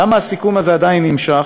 למה הסיכום הזה עדיין נמשך,